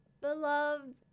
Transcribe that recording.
Beloved